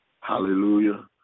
Hallelujah